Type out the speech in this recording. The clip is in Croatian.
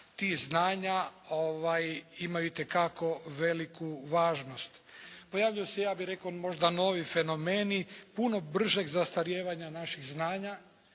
tih znanja imaju itekako veliku važnost. Pojavljuju se ja bih rekao možda novi fenomeni puno bržeg zastarijevanja naših znanja